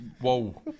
whoa